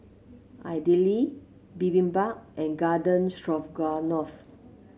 Idili Bibimbap and Garden Stroganoff